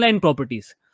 properties